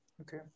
okay